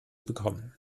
bekommen